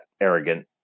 arrogant